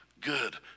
good